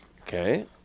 Okay